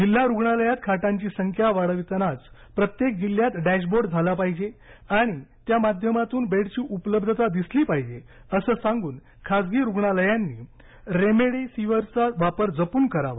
जिल्हा रुग्णालयात खाटांची संख्या वाढवितानाच प्रत्येक जिल्ह्यात उॅशबोर्ड झाला पाहिजे आणि त्या माध्यमातून बेडची उपलब्धता दिसली पाहिजे असं सांगून खासगी रुग्णालयांनी रेमडेसिवीरचा वापर जपून करावा